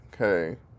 okay